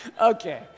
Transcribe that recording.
Okay